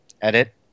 Edit